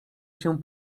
się